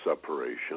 separation